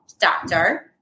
doctor